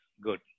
good